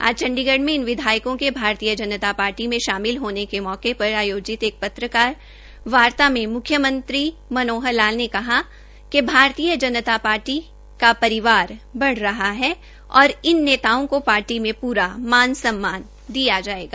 आज चंडीगढ़ में इन विधायकों के भारतीय जनता पार्टी में शामिलहोन के मौके पर आयोजित एक पत्रकारवार्ता में म्ख्यमंत्री मनोहर लाल ने कहा कि भारतीय जनता पार्टी का परिवार बढ़ रहा है और इन नेताओं को पार्टी में प्रा मान सम्मान दिया जायेगा